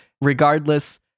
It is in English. regardless